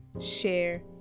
share